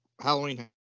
Halloween